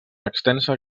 extensa